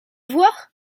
voir